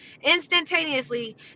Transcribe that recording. instantaneously